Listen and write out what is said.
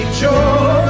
joy